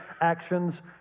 actions